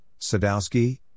Sadowski